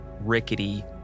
rickety